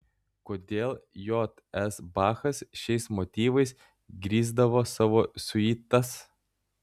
kodėl j s bachas šiais motyvais grįsdavo savo siuitas